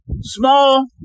Small